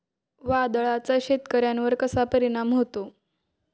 वादळाचा शेतकऱ्यांवर कसा परिणाम होतो?